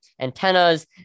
antennas